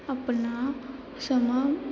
ਆਪਣਾ ਸਮਾਂ